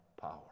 power